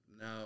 Now